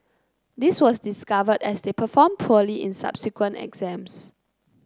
this was discovered as they performed poorly in subsequent exams